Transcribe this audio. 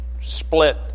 split